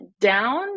down